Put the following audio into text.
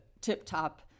tip-top